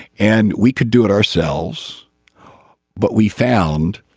and we could do it ourselves but we found